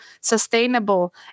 sustainable